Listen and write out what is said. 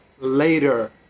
later